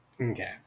Okay